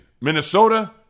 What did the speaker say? Minnesota